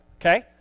Okay